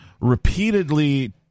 repeatedly